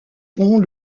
pont